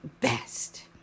best